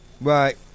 Right